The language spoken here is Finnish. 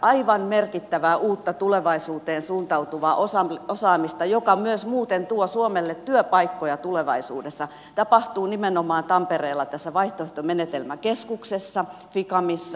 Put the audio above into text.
aivan merkittävää uutta tulevaisuuteen suuntautuvaa osaamista joka myös muuten tuo suomelle työpaikkoja tulevaisuudessa on nimenomaan tampereella tässä vaihtoehtomenetelmäkeskuksessa ficamissa